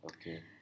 Okay